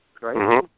right